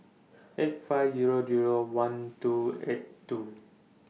eight five Zero Zero one two eight two